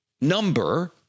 number